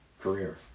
career